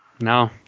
no